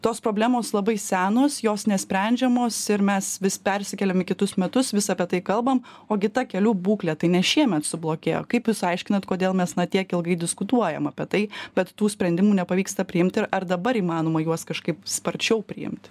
tos problemos labai senos jos nesprendžiamos ir mes vis persikeliam į kitus metus vis apie tai kalbam o gi ta kelių būklė tai ne šiemet sublogėjo kaip jūs aiškinat kodėl mes na tiek ilgai diskutuojam apie tai bet tų sprendimų nepavyksta priimt ir ar dabar įmanoma juos kažkaip sparčiau priimti